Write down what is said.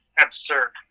absurd